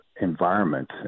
environment